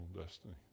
destiny